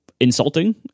insulting